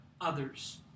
others